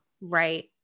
Right